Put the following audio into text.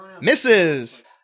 misses